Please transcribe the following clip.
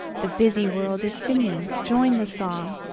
the busy world is singing join the song,